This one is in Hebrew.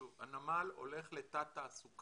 שוב, הנמל הולך לתַת תעסוקה.